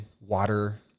water